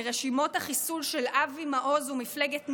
לרשימות החיסול של אבי מעוז ומפלגת נעם,